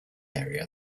area